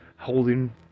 holding